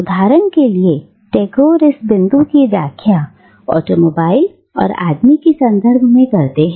उदाहरण के लिए टैगोर इस बिंदु की व्याख्या ऑटोमोबाइल और आदमी के संदर्भ में करते हैं